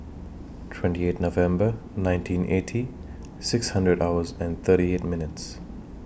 twenty eight November nineteen eighty six hundred hours and thirty eight minutes